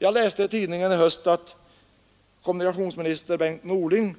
Jag läste i tidningen i höst att kommunikationsminister Bengt Norling